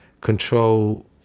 control